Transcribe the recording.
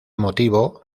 motivo